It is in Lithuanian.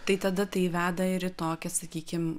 tai tada tai veda ir į tokią sakykim